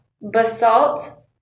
basalt